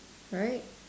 right